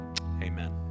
Amen